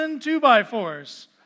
two-by-fours